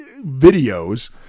videos